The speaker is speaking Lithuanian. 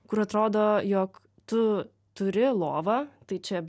kur atrodo jog tu turi lovą tai čia